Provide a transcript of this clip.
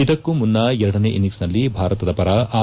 ಇದಕ್ಕೂ ಮುನ್ನ ಎರಡನೇ ಇನಿಂಗ್ಸ್ನಲ್ಲಿ ಭಾರತದ ಪರ ಆರ್